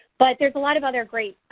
but there's a lot of other great